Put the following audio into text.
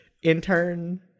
Intern